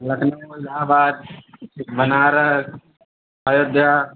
लखनऊ इलहाबाद फिर बनारस अयोध्या